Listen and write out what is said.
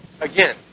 again